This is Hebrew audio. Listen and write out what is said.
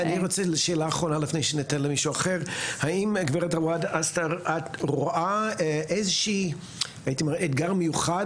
שאלה אחרונה: האם את רואה אתגר מיוחד